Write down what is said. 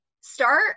start